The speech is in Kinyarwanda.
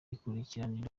bikurikirana